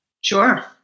Sure